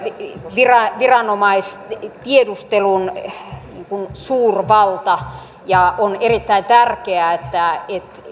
viranomaistiedustelun suurvalta ja on erittäin tärkeää että